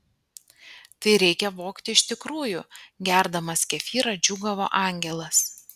tai reikia vogti iš tikrųjų gerdamas kefyrą džiūgavo angelas